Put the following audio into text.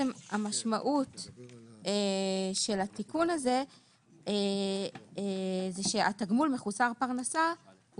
המשמעות של התיקון הזה היא שהתגמול מחוסר פרנסה הוא